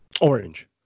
Orange